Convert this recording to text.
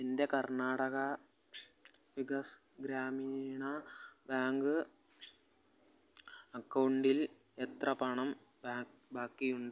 എൻ്റെ കർണാടക വികാസ് ഗ്രാമീണ ബാങ്ക് അക്കൗണ്ടിൽ എത്ര പണം ബാക്കിയുണ്ട്